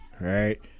right